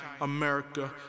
America